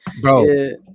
Bro